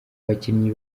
abakinnyi